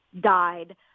died